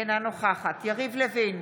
אינה נוכחת יריב לוין,